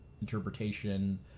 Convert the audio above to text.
interpretation